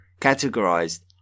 categorized